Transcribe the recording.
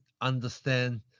understand